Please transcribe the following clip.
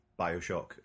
Bioshock